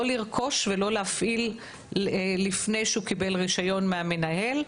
לא לרכוש ולא להפעיל לפני שהוא קיבל רישיון מהמנהל.